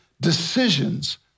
decisions